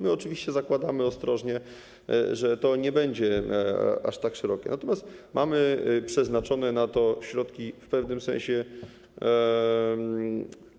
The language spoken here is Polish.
My oczywiście zakładamy ostrożnie, że to nie będzie aż tak szerokie, natomiast mamy przeznaczone na to środki w pewnym sensie